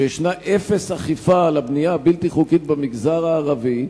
שיש אפס אכיפה על הבנייה הבלתי-חוקית במגזר הערבי,